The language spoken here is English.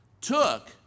took